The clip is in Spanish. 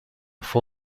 fue